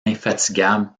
infatigable